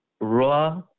raw